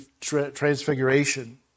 Transfiguration